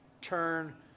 turn